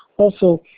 also,